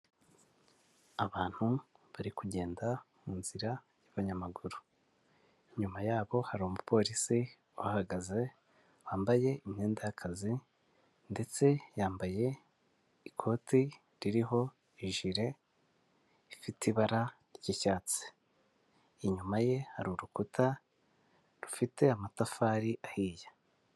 Abantu bari kugenda mu nzira y'abanyamaguru; inyuma yabo hari umupolisi uhahagaze, wambaye imyenda y'akazi, ndetse yambaye ikoti ririho ijire ifite ibara ry'icyatsi, inyuma ye hari urukuta rufite amatafari ahiye.